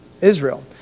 Israel